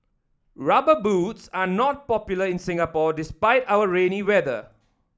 rubber boots are not popular in Singapore despite our rainy weather